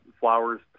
flowers